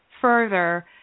further